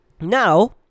now